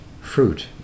fruit